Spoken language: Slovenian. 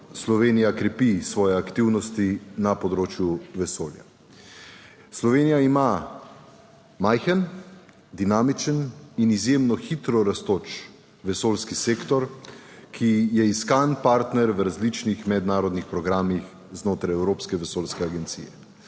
Slovenija krepi svoje aktivnosti na področju vesolja. Slovenija ima majhen, dinamičen in izjemno hitro rastoč vesoljski sektor, ki je iskan partner v različnih mednarodnih programih znotraj Evropske vesoljske agencije.